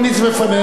אתה תמליץ בפנינו,